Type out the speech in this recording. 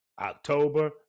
October